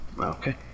Okay